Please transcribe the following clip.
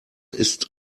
ist